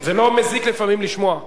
זה לא מזיק לפעמים לשמוע.